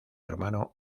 hermano